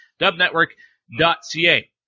Dubnetwork.ca